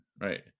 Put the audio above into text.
right